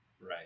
right